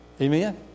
Amen